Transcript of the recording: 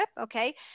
okay